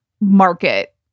market